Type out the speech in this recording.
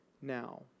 Now